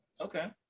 Okay